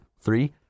three